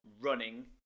running